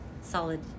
solid